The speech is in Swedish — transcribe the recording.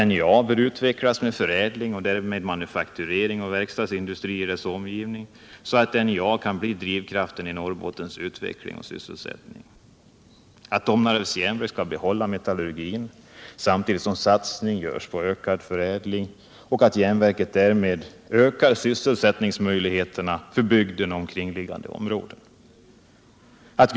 NJA bör utvecklas med förädling och därmed manufakturering och verkstadsindustrier i dess omgivning så att NJA blir en drivkraft i Norrbottens utveckling och sysselsättning. 2. Domnarvets Jernverk skall behålla metallurgin samtidigt som satsningar görs på ökad förädling och järnverket därmed ökar sysselsättningsmöjligheterna för bygden och omkringliggande områden. 3.